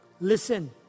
Listen